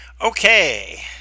Okay